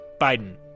Biden